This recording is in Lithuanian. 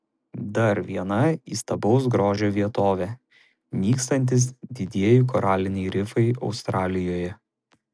dar viena įstabaus grožio vietovė nykstantys didieji koraliniai rifai australijoje